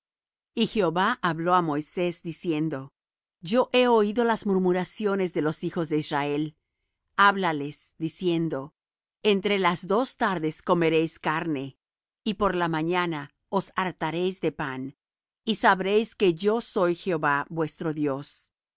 y jehová habló á moisés diciendo yo he oído las murmuraciones de los hijos de israel háblales diciendo entre las dos tardes comeréis carne y por la mañana os hartaréis de pan y sabréis que yo soy jehová vuestro dios